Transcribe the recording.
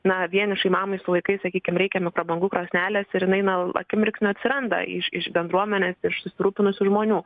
na vienišai mamai su vaikais sakykim reikia mikrobangų krosnelės ir jinai na akimirksniu atsiranda iš iš bendruomenės iš susirūpinusių žmonių